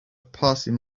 passing